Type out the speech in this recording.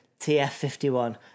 TF51